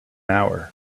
hour